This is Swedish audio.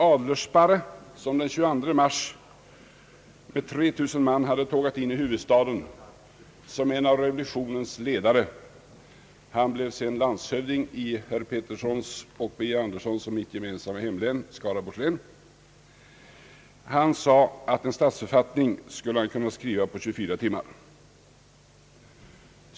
Adlersparre som den 22 mars med 3 000 man hade tågat in i huvudstaden som en av revolutionens ledare — han blev sedan landshövding i herrar Harald Petterssons, Birger Anderssons och mitt gemensamma hemlän, Skaraborgs län — sade att en statsförfattning skulle han kunna skriva på 24 timmar.